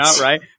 right